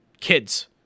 kids